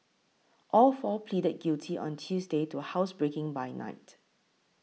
all four pleaded guilty on Tuesday to housebreaking by night